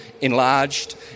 enlarged